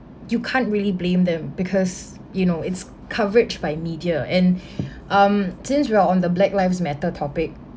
you can't really blame them because you know it's coverage by media and um since we're on the black lives matter topic